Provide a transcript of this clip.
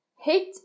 Hit